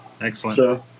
Excellent